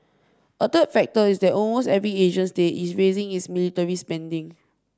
a third factor is that almost every Asian state is raising its military spending